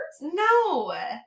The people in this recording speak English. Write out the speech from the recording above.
No